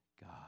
god